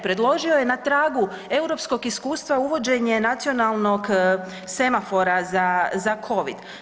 Predložio je na tragu europskog iskustva uvođenje nacionalnog semafora za Covid.